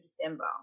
December